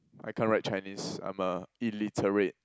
I can't write Chinese I'm a illiterate